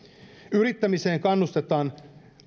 yrittämiseen kannustetaan